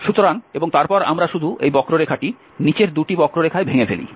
সুতরাং এবং তারপর আমরা শুধু এই বক্ররেখাটি নিচের ২ টি বক্ররেখায় ভেঙ্গে ফেলি